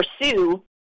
pursue